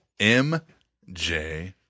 MJ